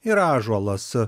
ir ąžuolas